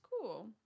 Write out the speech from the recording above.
cool